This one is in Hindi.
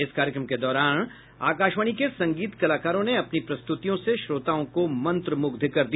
इस कार्यक्रम के दौरान आकाशवाणी के संगीत कलाकारों ने अपनी प्रस्तुतियों से श्रोताओं को मंत्रमुग्ध कर दिया